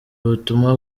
ubutumwa